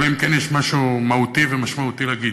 אלא אם כן יש משהו משמעותי ומהותי להגיד.